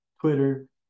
Twitter